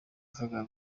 kagame